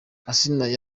asinah